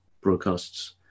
broadcasts